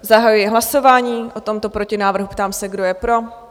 Zahajuji hlasování o tomto protinávrhu, ptám se, kdo je pro?